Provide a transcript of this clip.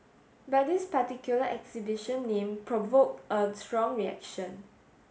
but this particular exhibition name provoked a strong reaction